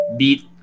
beat